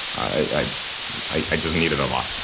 i i just need it a lot.